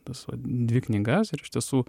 tas va dvi knygas ir iš tiesų